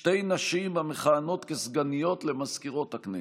שתי נשים המכהנות כסגניות למזכירות הכנסת.